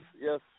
yes